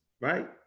right